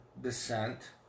descent